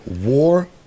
War